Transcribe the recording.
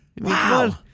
Wow